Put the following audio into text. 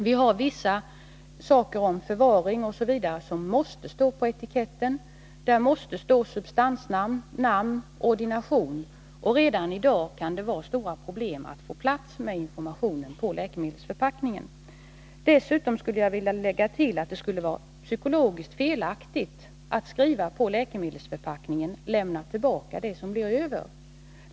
Det finns vissa uppgifter om förvaring m.m. som måste stå på etiketten. Där måste också stå substansens namn, namn på patienten och ordination. Redan i dag kan det vara stora problem att få plats med informationen på läkemedelsförpackningen. Dessutom skulle jag vilja tillägga att det skulle vara psykologiskt felaktigt att skriva på läkemedelsförpackningen: Lämna tillbaka det som blir över!